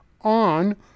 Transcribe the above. on